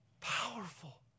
Powerful